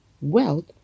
wealth